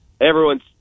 Everyone's